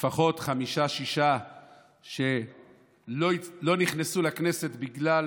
לפחות חמישה-שישה שלא נכנסו לכנסת בגלל